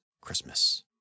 Christmas